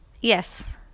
Yes